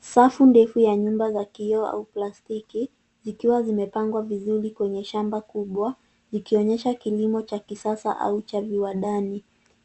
Safu ndefu ya nyumba ya kioo au plastiki zikiwa zimepangwa vizuri kwenye shamba kubwa zikionyesha kilimo cha kisasa au cha viwandani.